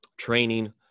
training